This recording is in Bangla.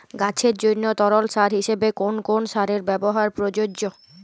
গাছের জন্য তরল সার হিসেবে কোন কোন সারের ব্যাবহার প্রযোজ্য?